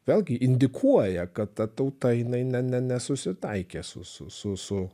vėlgi indikuoja kad ta tauta jinai ne ne nesusitaikė su su su su